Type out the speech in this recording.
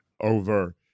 over